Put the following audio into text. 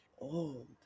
old